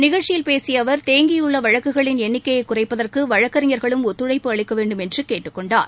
நிகழ்ச்சியில் பேசிய அவர் தேங்கியுள்ள வழக்குகளின் எண்ணிக்கையை குறைப்பதற்கு வழக்கறிஞர்களும் ஒத்துழைப்பு அளிக்க வேண்டும் என்று கேட்டுக் கொண்டார்